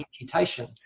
imputation